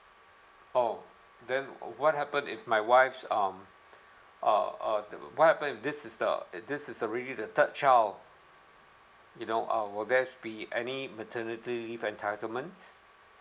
oh then uh what happen if my wife's um uh uh the what happen this is the this is the already the third child you know uh will there be any maternity leave entitlement